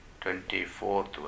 twenty-fourth